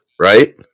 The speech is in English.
right